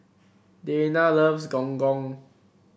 Dayna loves Gong Gong